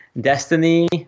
Destiny